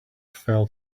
fell